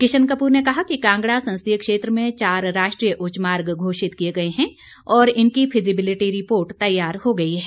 किशन कपूर ने कहा कि कांगड़ा संसदीय क्षेत्र में चार राष्ट्रीय उच्च मार्ग घोषित किए गए हैं और इनकी फिजिबिलिटी रिपोर्ट तैयार हो गई है